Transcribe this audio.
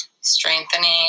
strengthening